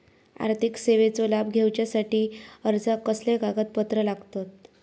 आर्थिक सेवेचो लाभ घेवच्यासाठी अर्जाक कसले कागदपत्र लागतत?